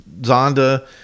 Zonda